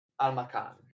Almacan